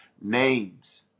names